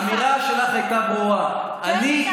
האמירה שלך הייתה ברורה: אני,